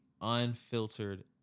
unfiltered